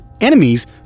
enemies